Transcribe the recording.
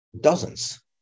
dozens